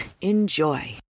Enjoy